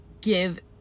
give